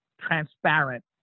transparent